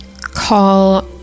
Call